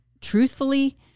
truthfully